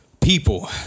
People